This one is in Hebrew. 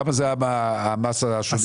כמה היה המס השולי?